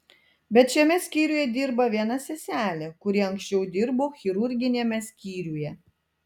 bet šiame skyriuje dirba viena seselė kuri anksčiau dirbo chirurginiame skyriuje